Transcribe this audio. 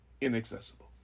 inaccessible